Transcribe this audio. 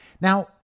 Now